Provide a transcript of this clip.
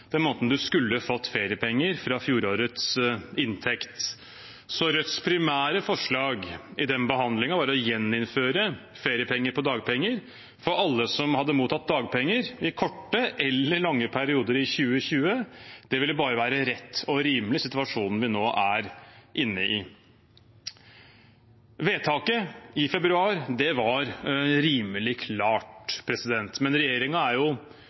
Så Rødts primære forslag i den behandlingen var å gjeninnføre feriepenger på dagpenger for alle som hadde mottatt dagpenger i korte eller lange perioder i 2020. Det ville bare være rett og rimelig i den situasjonen vi nå er inne i. Vedtaket i februar var rimelig klart, men regjeringen er jo